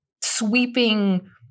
sweeping